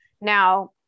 now